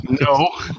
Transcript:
No